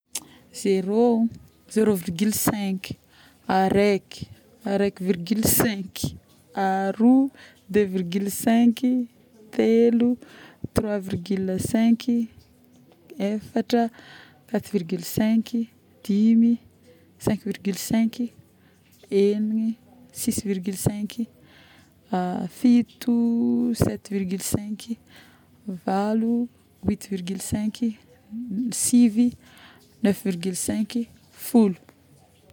Zero, zerovirgule cinq, araiky, araiky virgily cinq.yy, aroa, deux virgule cinq, telo, trois, virgule cinq, efatra, quatre virgule cinq, egnina, six virgule cinq, fito ,sept virgule cinq, valo, huit virgule cinq, sivy, neuf virgule cinq, folo